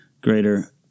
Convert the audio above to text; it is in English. greater